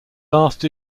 last